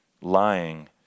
lying